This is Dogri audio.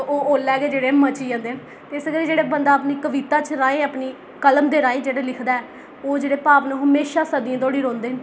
तां ओह् उसलै गै जेह्ड़े मची जंदे न इस करी जेह्ड़ा बंदा अपनी कविता राएं अपनी कलम दे राएं जेह्ड़ा लिखदा ऐ ओह् जेह्ड़े भाव न ओह् म्हेशां सदियें धोड़ी रौंह्दे